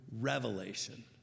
revelation